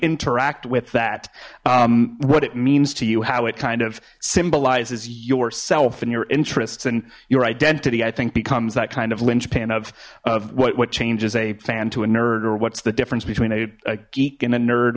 interact with that what it means to you how it kind of symbolizes yourself and your interests and your identity i think becomes that kind of linchpin of of what what changes a fan to a nerd or what's the difference between a geek and a nerd